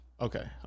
Okay